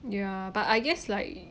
ya but I guess like